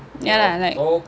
ya lah like